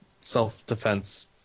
self-defense